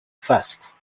faste